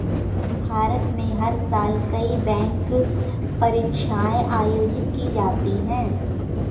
भारत में हर साल कई बैंक परीक्षाएं आयोजित की जाती हैं